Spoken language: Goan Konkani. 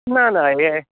ना ना हे